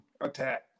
attack